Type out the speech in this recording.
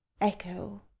Echo